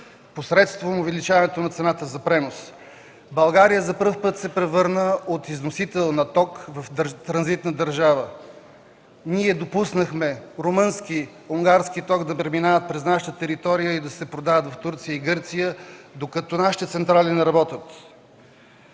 посредством увеличаването на цената за пренос. България за първи път се превърна от износител на ток в транзитна държава. Ние допуснахме румънски и унгарски ток да преминава през нашата територия и да се продава в Турция и Гърция, докато нашите централи не работят.